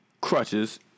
crutches